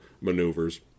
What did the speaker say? maneuvers